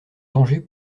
danger